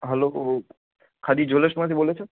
hello Khadi જ્વેલર્સમાંથી બોલો છો